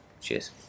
Cheers